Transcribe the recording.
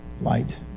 Light